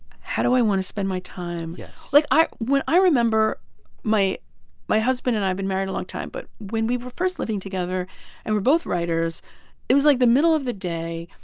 how do i want to spend my time? yes like, i when i remember my my husband and i have been married a long time, but when we were first living together and we're both writers it was, like, the middle of the day,